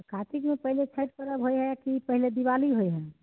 आ कातिकमे पहिले छठि पर्ब होइ हइ कि पहिले दिवाली हो इ हइ